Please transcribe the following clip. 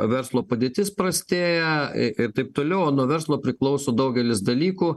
verslo padėtis prastėja ir taip toliau o nuo verslo priklauso daugelis dalykų